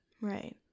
right